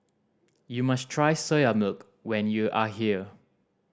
you must try Soya Milk when you are here